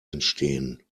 entstehen